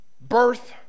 birth